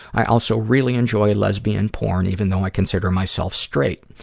i also really enjoy lesbian porn, even though i consider myself straight.